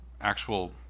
actual